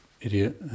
idiot